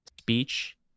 speech